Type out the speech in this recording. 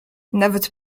nawet